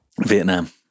Vietnam